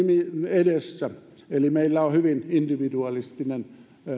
edessä eli meillä on hyvin individualistinen